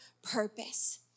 purpose